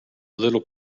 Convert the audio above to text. little